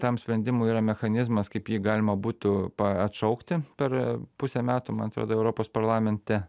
tam sprendimui yra mechanizmas kaip jį galima būtų atšaukti per pusę metų man atrodo europos parlamente